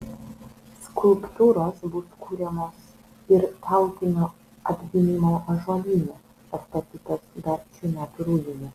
skulptūros bus kuriamos ir tautinio atgimimo ąžuolyne pastatytos dar šių metų rudenį